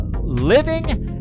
Living